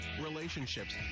relationships